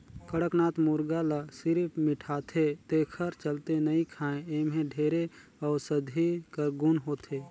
कड़कनाथ मुरगा ल सिरिफ मिठाथे तेखर चलते नइ खाएं एम्हे ढेरे अउसधी कर गुन होथे